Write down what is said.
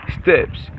steps